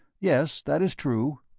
yes, that is true.